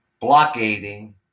Blockading